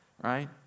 right